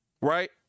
Right